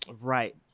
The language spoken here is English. right